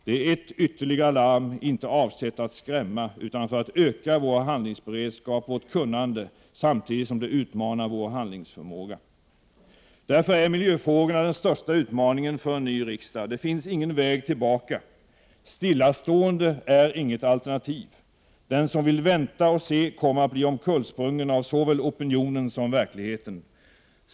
Det är ett ytterligare larm, inte avsett att skrämma utan att öka vår beredskap och vårt kunnande samtidigt som det utmanar vår handlingsförmåga. Därför är miljöfrågorna den största utmaningen för en ny riksdag. Det finns ingen väg tillbaka; stillastående är inget alternativ. Den som vill vänta och se kommer att bli omkullsprungen av såväl opinionen som verkligheten.